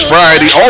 Friday